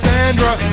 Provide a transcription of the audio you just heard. Sandra